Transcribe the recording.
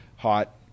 Hot